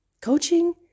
Coaching